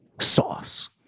sauce